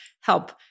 help